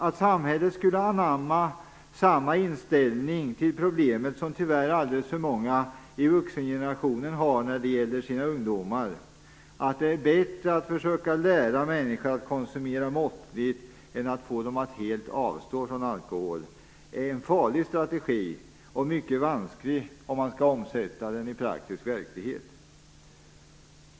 Att samhället skulle anamma samma inställning till problemet som tyvärr alldeles för många i vuxengenerationen har när det gäller ungdomarna, att det är bättre att försöka lära människor att konsumera måttligt än att få dem att helt avstå från alkohol, är en farlig strategi, och mycket vansklig om man skall omsätta den i praktiskt verklighet.